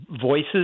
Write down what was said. voices